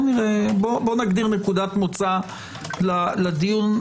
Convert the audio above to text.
נגדיר נקודת מוצא לדיון.